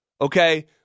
okay